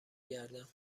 گردم